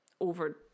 over